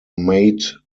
mate